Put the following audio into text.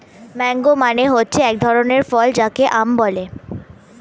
mango মানে হচ্ছে এক ধরনের ফল যাকে আম বলে